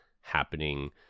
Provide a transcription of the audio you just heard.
happening